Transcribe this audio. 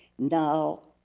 now,